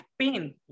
pain